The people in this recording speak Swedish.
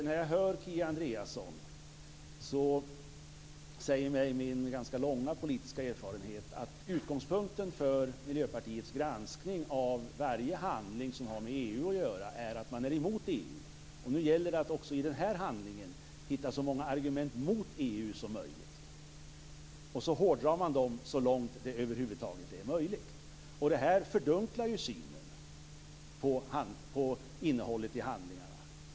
När jag hör Kia Andreasson, säger mig min ganska långa politiska erfarenhet att utgångspunkten för Miljöpartiets granskning av varje handling som har med EU att göra är att man är emot EU. Nu gäller det att också i den här handlingen hitta så många argument mot EU som möjligt. Sedan hårdrar man dem så långt det över huvud taget är möjligt. Det fördunklar ju synen på innehållet i handlingarna.